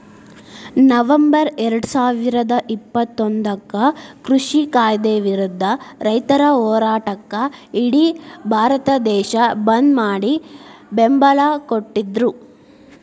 November ಎರಡುಸಾವಿರದ ಇಪ್ಪತ್ತೊಂದಕ್ಕ ಕೃಷಿ ಕಾಯ್ದೆ ವಿರುದ್ಧ ರೈತರ ಹೋರಾಟಕ್ಕ ಇಡಿ ಭಾರತ ದೇಶ ಬಂದ್ ಮಾಡಿ ಬೆಂಬಲ ಕೊಟ್ಟಿದ್ರು